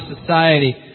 society